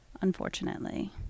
unfortunately